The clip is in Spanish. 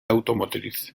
automotriz